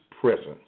presence